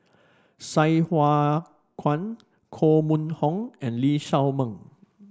Sai Hua Kuan Koh Mun Hong and Lee Shao Meng